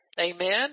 Amen